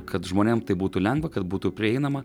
kad žmonėm tai būtų lengva kad būtų prieinama